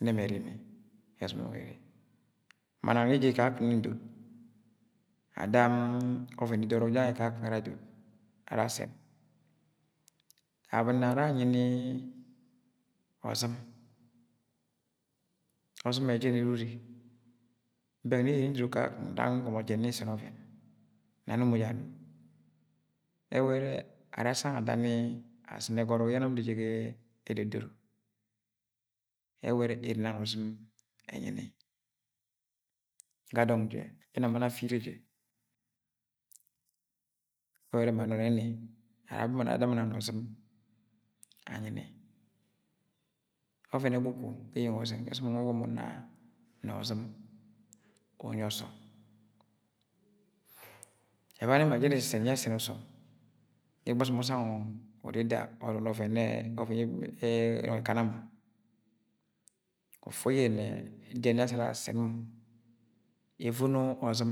. ne ẹmẹ ẹrimi yẹ ubere, ma nang nẹ nre jẹ kakung nri ndod ada ọvẹn edoro ọrọk jange kakung ara adod ara asẹnd abọni ara anyi ni ọzṫm, ozṫm ẹ jẹn erure bẹng nẹ nre nni ndofo kakung nra nri ngọmọ jẹu nsẹn ọvẹn nẹ ana mọ jẹ ano ẹwẹ ẹrẹ ara asang ada ni azṫne ga ọrọk ye nam nre jẹ ga edoro ẹwǫ ẹrẹ ẹrẹ nang na ọzṫm enyi ni ga dong je yẹ nam ma nọ afa ire jẹ ẹwẹ ẹrẹ ma nọ ọzṫm anyi ni ọvẹn egwugeu ga eyeng ọzẹng yẹ ọsọm mung ugọmọ una na ozṫm inyi ọsọm ẹbanẹ ma jẹn ẹsẹsẹn yẹ asẹn ọsọm ga ẹgbẹ ọsọm usang uda ida or una ọvẹn yẹ ẹkana mọ ufu uyẹnẹ jen yẹ asse ara asẹn mọ evono ozṫm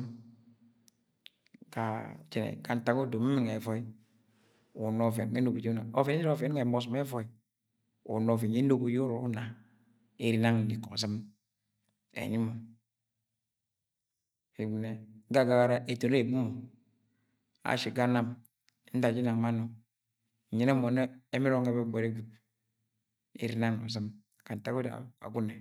ga jẹn ẹ ga ntak odo mẹ ẹmẹ ẹnọng ẹvọi una ọvẹn nwe yẹ odo unobo jẹ yẹ una ọvẹn ẹjara ọvẹn yẹ ẹma ọsọm ẹvọi una ọvẹn yẹ ẹnọbọ yẹ uru una erw nang na iko ọzṫm ẹnyi mọ nẹ eghṫno ye, ga agagara eto nẹ ebo mọ ashi ga nam nda jinang ma nọ nyẹnẹ mọ nnẹ ẹmẹn ọrọk nwẹ be gwud ere nang na ozṫm ga ntak odo agwagune.